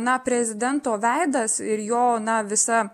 na prezidento veidas ir jo na visa